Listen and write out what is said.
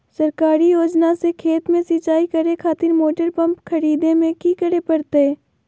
सरकारी योजना से खेत में सिंचाई करे खातिर मोटर पंप खरीदे में की करे परतय?